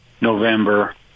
November